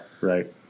right